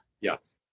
Yes